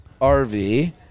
RV